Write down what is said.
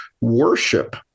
worship